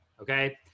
Okay